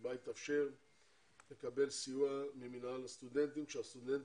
שבה יתאפשר לקבל סיוע ממינהל הסטודנטים כשהסטודנט